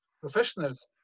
professionals